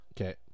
Okay